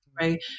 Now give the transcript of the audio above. right